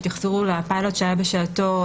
שהתייחסו לפיילוט שהיה בשעתו,